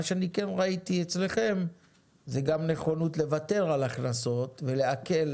מה שאני כן ראיתי אצלכם זה גם נכונות לוותר על הכנסות ולהקל